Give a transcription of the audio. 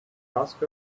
ask